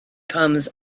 comes